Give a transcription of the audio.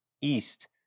east